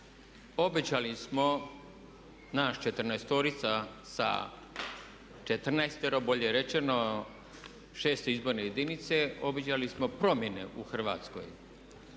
obećali smo, naš 14-orica sa 14-tero, bolje rečeno VI. izborne jedinice, obećali smo promjene u Hrvatskoj.